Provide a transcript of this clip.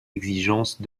exigences